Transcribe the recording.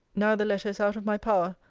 now the letter is out of my power,